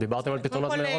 דיברתם על פתרונות מאירופה.